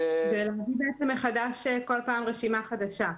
כל פעם רשימה חדשה.